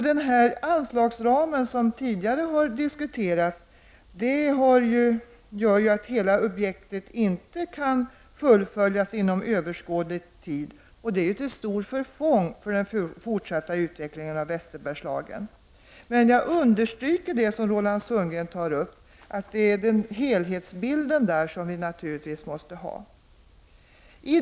Den anslagsram som tidigare har diskuterats gör ju att hela objektet inte kan fullföljas inom överskådlig tid, och detta är till stort förfång för den fortsatta utvecklingen av Västerbergslagen. Jag understryker det som Roland Sundgren sade, nämligen att vi naturligtvis måste se till helhetsbilden.